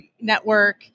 network